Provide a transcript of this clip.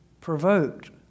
Provoked